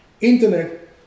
Internet